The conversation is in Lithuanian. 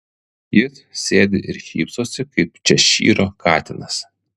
jis sėdi ir šypsosi kaip češyro katinas